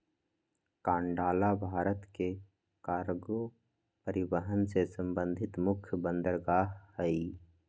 कांडला भारत के कार्गो परिवहन से संबंधित मुख्य बंदरगाह हइ